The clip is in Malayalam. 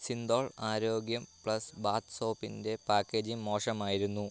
സിന്തോൾ ആരോഗ്യം പ്ലസ് ബാത്ത് സോപ്പിന്റെ പാക്കേജിംഗ് മോശമായിരുന്നു